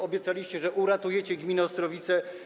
Obiecaliście, że uratujecie gminę Ostrowice.